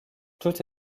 toute